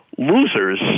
Losers